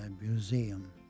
museum